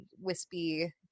wispy